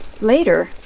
Later